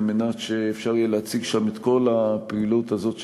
מנת שאפשר יהיה להציג שם את כל הפעילות הזאת שנעשית,